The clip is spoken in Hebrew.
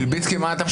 מי נמנע?